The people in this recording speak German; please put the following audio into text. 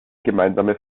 gemeinsame